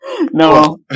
No